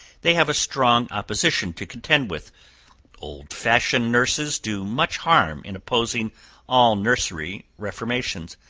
they have a strong opposition to contend with old fashioned nurses do much harm in opposing all nursery reformations,